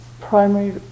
primary